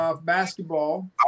basketball